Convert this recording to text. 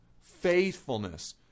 faithfulness